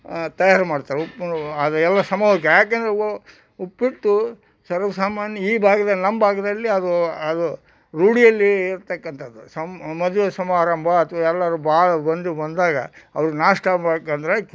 ತಯಾರು ಮಾಡ್ತಾರೆ ಉಪ್ಪು ಅದು ಎಲ್ಲ ಸಮ ಯಾಕೆಂದ್ರೆ ಉಪ್ಪಿಟ್ಟು ಸರ್ವೆ ಸಾಮಾನ್ಯ ಈ ಭಾಗದಲ್ಲಿ ನಮ್ಮ ಭಾಗದಲ್ಲಿ ಅದು ಅದು ರೂಢಿಯಲ್ಲಿ ಇರತಕ್ಕಂಥದ್ದು ಸಮ ಮದುವೆ ಸಮಾರಂಭ ಅಥವಾ ಎಲ್ಲರು ಭಾಳ ಮಂದಿ ಬಂದಾಗ ಅವರು ನಾಷ್ಟ ಬೇಕೆಂದ್ರೆ